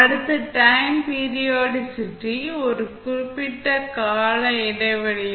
அடுத்து time periodicity ஒரு குறிப்பிட்ட கால இடைவெளியில்